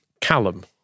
Callum